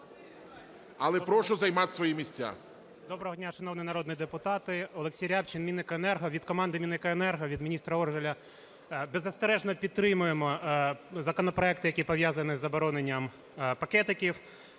Але прошу займати свої місця. 17:36:46 РЯБЧИН О.М. Доброго дня, шановні народні депутати! Олексій Рябчин, Мінекоенерго. Від команди Мінекоенерго, від міністра Оржеля. Беззастережно підтримуємо законопроекти, які пов'язані із забороненням пакетиків.